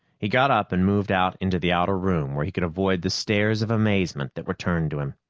he got up and moved out into the outer room, where he could avoid the stares of amazement that were turned to him.